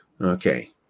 Okay